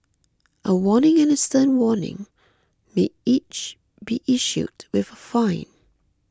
a warning and a stern warning may each be issued with a fine